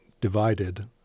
divided